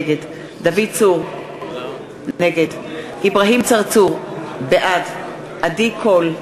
נגד דוד צור, נגד אברהים צרצור, בעד עדי קול,